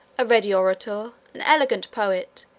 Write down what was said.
a ready orator, an elegant poet,